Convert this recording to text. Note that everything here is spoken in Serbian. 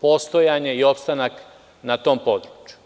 postojanje i opstanak na tom području.